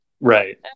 Right